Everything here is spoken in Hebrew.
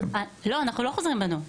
לא, אנחנו לא חוזרים בנו.